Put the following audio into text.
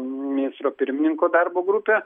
ministro pirmininko darbo grupė